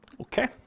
Okay